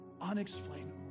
unexplainable